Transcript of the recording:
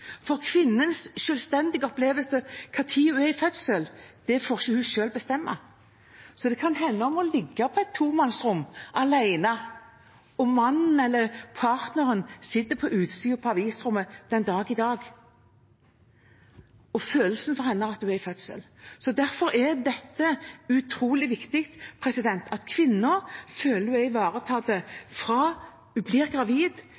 For kvinnens selvstendige opplevelse av når hun er i fødsel, det får hun ikke selv bestemme. Så det kan hende at hun må ligge på et tomannshånd, alene, og mannen eller partneren sitter på utsiden på avisrommet den dag i dag – og følelsen for henne er at hun er i fødsel. Så derfor er dette utrolig viktig, at kvinnen føler at hun er ivaretatt, fra hun blir gravid